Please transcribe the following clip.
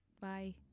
Bye